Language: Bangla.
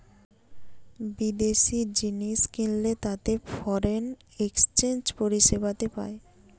বিদেশি জিনিস কিনলে তাতে ফরেন এক্সচেঞ্জ পরিষেবাতে পায়